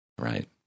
right